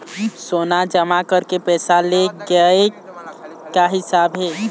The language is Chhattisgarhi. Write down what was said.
सोना जमा करके पैसा ले गए का हिसाब हे?